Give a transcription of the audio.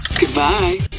Goodbye